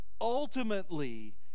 ultimately